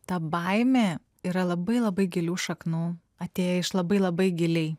ta baimė yra labai labai gilių šaknų atėję iš labai labai giliai